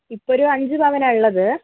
ഇപ്പം ഒരു അഞ്ച് പവനാണ് ഉള്ളത്